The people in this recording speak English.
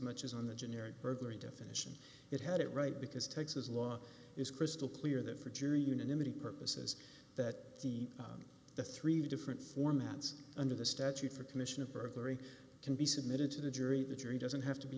much as on the generic burglary definition it had it right because texas law is crystal clear that for jury unanimity purposes that the three different formats under the statute for commission of burglary can be submitted to the jury the jury doesn't have to be